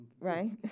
right